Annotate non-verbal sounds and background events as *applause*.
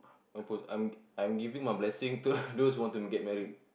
mampus I'm I'm giving my blessing to *laughs* those want to get married